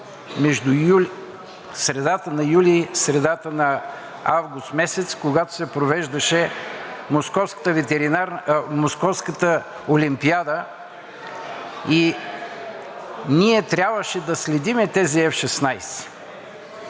между средата на юли и средата на август месец, когато се провеждаше московската олимпиада, и ние трябваше да следим тези F-16.